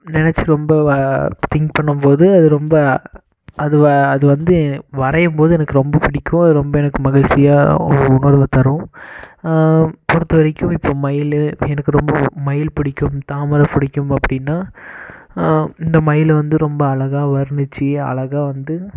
நினச்சி ரொம்ப திங்க் பண்ணும் போது அது ரொம்ப அது அது வந்து வரையும் போது எனக்கு ரொம்ப பிடிக்கும் அது ரொம்ப எனக்கு மகிழ்ச்சியாக ஒரு உணர்வு தரும் பொறுத்த வரைக்கும் இப்போ மயில் எனக்கு ரொம்ப மயில் பிடிக்கும் தாமரை பிடிக்கும் அப்படின்னா இந்த மயில் வந்து ரொம்ப அழகாக வருணிச்சி அழகாக வந்து